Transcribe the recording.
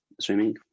swimming